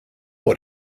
what